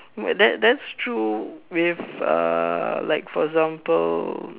but that's that's true with err like for example